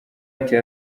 ati